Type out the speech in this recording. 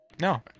no